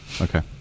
Okay